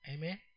Amen